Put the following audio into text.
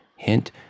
Hint